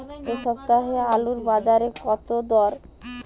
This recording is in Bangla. এ সপ্তাহে আলুর বাজারে দর কত?